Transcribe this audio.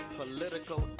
political